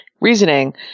reasoning